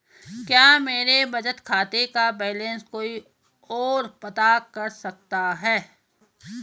क्या मेरे बचत खाते का बैलेंस कोई ओर पता कर सकता है?